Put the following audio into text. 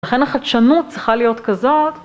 לכן החדשנות צריכה להיות כזאת.